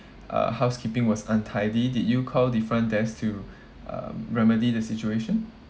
uh housekeeping was untidy did you call the front desk to um remedy the situation